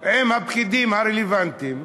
עם הפקידים הרלוונטיים,